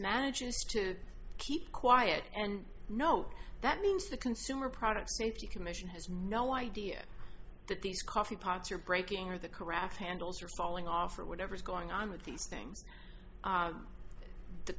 manages to keep quiet and know that means the consumer product safety commission has no idea that these coffee pots are breaking or the correct handles are falling off or whatever is going on with these things are the